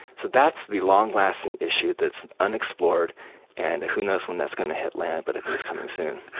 so that's the long-lasting issue that's unexplored and who knows when that's going to hit land, but it's it's coming soon.